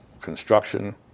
construction